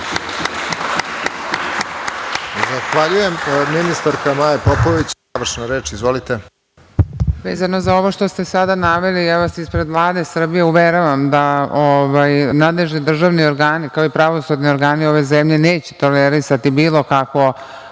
Zahvaljujem. Ministarka Maja Popović, završna reč. Izvolite. **Maja Popović** Vezano za ovo što ste sada naveli ja vas ispred Vlade Srbije uveravam da nadležni državni organi, kao i pravosudni organi ove zemlje neće tolerisati bilo kakvo